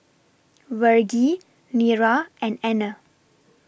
Vergie Nira and Anner